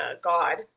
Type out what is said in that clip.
God